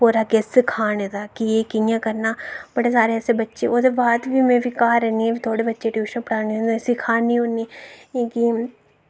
और अग्गै सिखाने दा कि एह् कि'यां करना बड़े सारे ऐसे बच्चे ओह्दे बाद बी में बी घर रौह्न्नी फ्ही थोह्ड़े बच्चे टयूशन पढ़ान्नी होन्नी सिखान्नी होन्नी ऐं कि